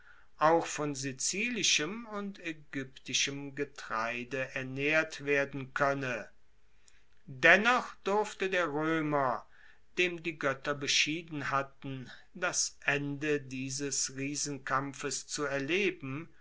auch von sizilischem und aegyptischem getreide ernaehrt werden koenne dennoch durfte der roemer dem die goetter beschieden hatten das ende dieses riesenkampfes zu erleben